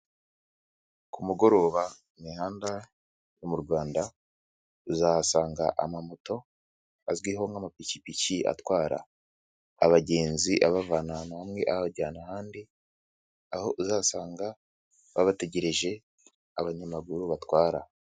Ku mugoroba imihanda yo mu Rwanda, uzahasanga amamoto azwiho nk'amapikipiki atwara abagenzi abavana ahantu hamwe abajyana ahandi, aho uzasanga baba bategereje abanyamaguru batwara.